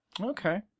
Okay